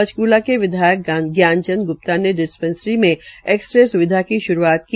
पंचकला के विधायक ज्ञान चंद ग्प्ता ने डिसपैंसरी में एक्स रे स्विधा की श्रूआत की